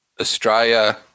Australia